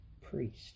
priest